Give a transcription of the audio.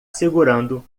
segurando